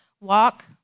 walk